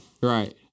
Right